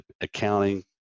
accounting